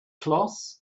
cloth